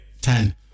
Ten